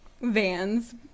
vans